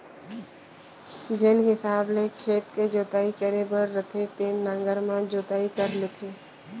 जेन हिसाब ले खेत के जोताई करे बर रथे तेन नांगर म जोताई कर लेथें